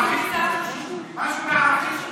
איתן,